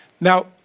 Now